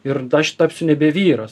ir aš tapsiu nebe vyras